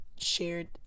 shared